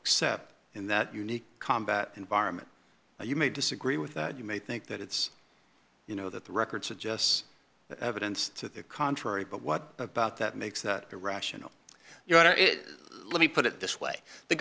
accept in that unique combat environment or you may disagree with that you may think that it's you know that the record suggests evidence to the contrary but what about that makes irrational let me put it this way the